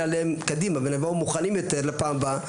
עליהם קדימה ונבוא מוכנים יותר לפעם הבאה,